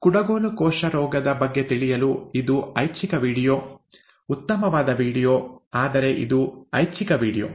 ಕುಡಗೋಲು ಕೋಶ ರೋಗದ ಬಗ್ಗೆ ತಿಳಿಯಲು ಇದು ಐಚ್ಛಿಕ ವೀಡಿಯೊ ಉತ್ತಮವಾದ ವೀಡಿಯೊ ಆದರೆ ಇದು ಐಚ್ಛಿಕ ವೀಡಿಯೊ